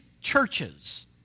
churches